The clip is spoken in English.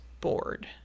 bored